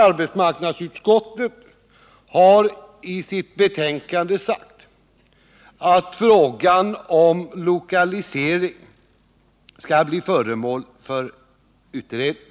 Arbetsmarknadsutskottet har i sitt betänkande sagt att frågan om lokalisering skall bli föremål för utredning.